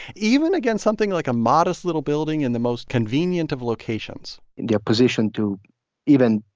even against something like a modest little building in the most convenient of locations their position to even,